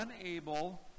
unable